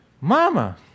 mama